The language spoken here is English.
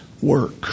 work